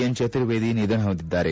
N Chaturvedi ನಿಧನ ಹೊಂದಿದ್ದಾರೆ